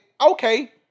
okay